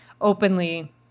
openly